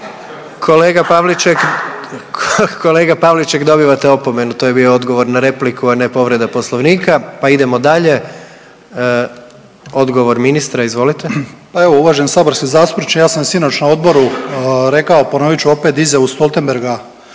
Kolega Pavliček dobivate opomenu, to je bio odgovor na repliku a ne povreda Poslovnika pa idemo dalje. Odgovor ministra, izvolite. **Banožić, Mario (HDZ)** Pa evo uvaženi saborski zastupniče ja sam sinoć na odboru rekao, ponovit ću opet dizao Stoltenberga